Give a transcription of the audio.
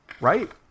Right